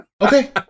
Okay